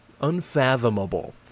unfathomable